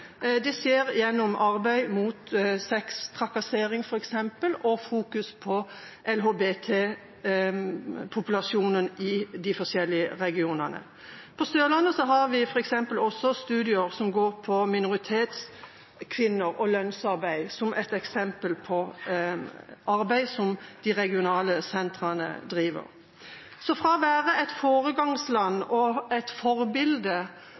det skjer gjennom arbeid mot sextrakassering, f.eks., og det skjer gjennom å fokusere på LHBT-populasjonen i de forskjellige regionene. På Sørlandet har vi også studier som dreier seg om minoritetskvinner og lønnsarbeid – som et eksempel på arbeid som de regionale sentrene driver. Fra å være et foregangsland og et forbilde